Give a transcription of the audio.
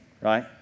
right